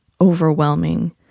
overwhelming